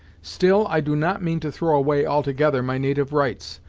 still i do not mean to throw away altogether my natyve rights,